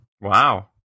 Wow